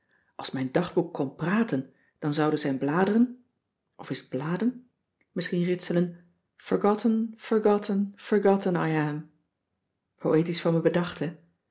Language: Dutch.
als mijn dagboek kon praten dan zouden zijn bladeren of is t bladen misschien ritselen forgotten forgotten forgotten i am poëtisch van me bedacht hè